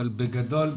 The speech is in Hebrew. אבל בגדול,